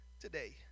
today